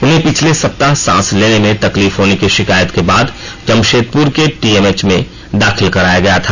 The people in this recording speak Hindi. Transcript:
उन्हें पिछले सप्ताह सांस लेने में तकलीफ होने की शिकायत के बाद जमशेदपुर के टीएमएच में दाखिल कराया गया था